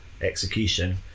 execution